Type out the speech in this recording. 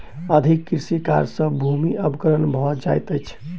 अधिक कृषि कार्य सॅ भूमिक अवक्रमण भ जाइत अछि